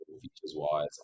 features-wise